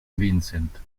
vincent